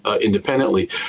independently